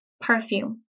perfume